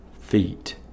feet